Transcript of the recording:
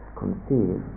conceive